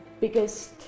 biggest